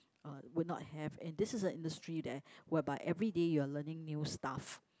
uh would not have and this is the industry that whereby everyday you are learning new stuff